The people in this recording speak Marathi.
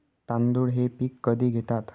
तांदूळ हे पीक कधी घेतात?